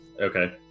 Okay